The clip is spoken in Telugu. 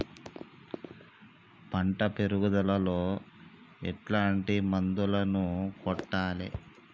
పంట పెరుగుదలలో ఎట్లాంటి మందులను కొట్టాలి?